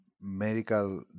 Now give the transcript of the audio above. medical